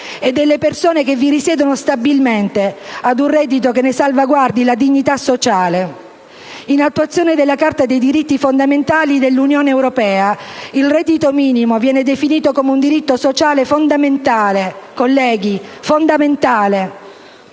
e delle persone che vi risiedono stabilmente ad un reddito che ne salvaguardi la dignità sociale. In attuazione della Carta dei diritti fondamentali dell'Unione europea, il reddito minimo viene definito come un diritto sociale fondamentale - colleghi, fondamentale